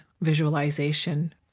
visualization